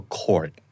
court